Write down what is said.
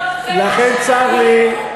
לכן צר לי,